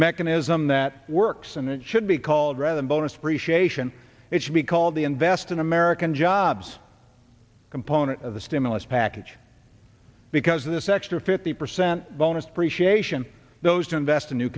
mechanism that works and it should be called rather than bonus depreciation it should be called the invest in american jobs component of the stimulus package because this extra fifty percent bonus depreciation those to invest in new